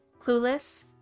clueless